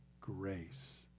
grace